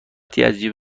جیب